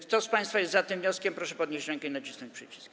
Kto z państwa jest za tym wnioskiem, proszę podnieść rękę i nacisnąć przycisk.